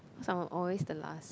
cause I'm always the last